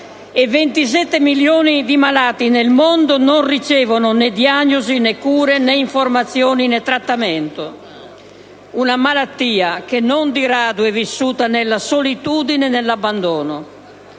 27 milioni di malati nel mondo non ricevono, né diagnosi, né cure, né informazioni, né trattamento. Una malattia che non di rado è vissuta nella solitudine e nell'abbandono